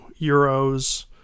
euros